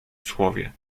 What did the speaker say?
słowie